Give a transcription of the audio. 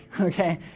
okay